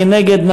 מי נגד?